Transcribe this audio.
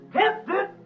tempted